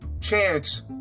chance